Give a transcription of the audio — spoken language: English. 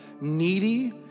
needy